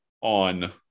on